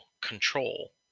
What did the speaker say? control